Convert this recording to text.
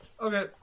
Okay